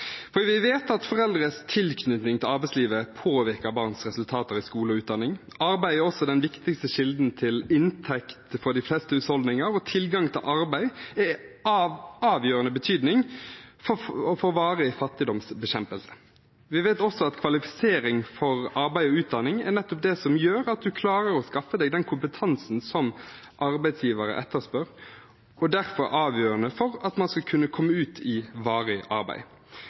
For vi vet at foreldres tilknytning til arbeidslivet påvirker barns resultater i skole og utdanning. Arbeid er også den viktigste kilden til inntekt for de fleste husholdninger, og tilgang til arbeid er av avgjørende betydning for varig fattigdomsbekjempelse. Vi vet også at kvalifisering for arbeid og utdanning er nettopp det som gjør at man klarer å skaffe seg den kompetansen som arbeidsgivere etterspør, og derfor er avgjørende for at man skal kunne komme ut i varig arbeid.